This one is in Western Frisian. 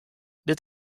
dit